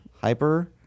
hyper